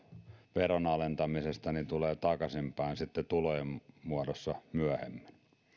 veron alentamisesta takaisinpäin sitten tulojen muodossa myöhemmin